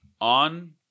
On